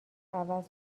عوض